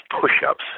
push-ups